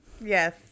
yes